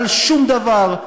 על שום דבר.